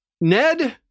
Ned